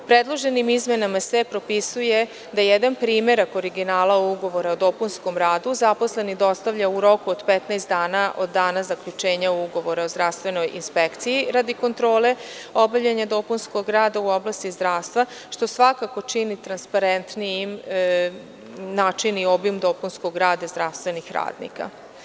Predloženim izmenama se propisuje da jedan primerak originala ugovora o dopunskom radu zaposleni dostavlja u roku od 15 dana od dana zaključenja ugovora o zdravstvenoj inspekciji radi kontrole obavljanja dopunskog rada u oblasti zdravstva, što svakako čini transparentnijim način i obim dopunskog rada zdravstvenih radnika.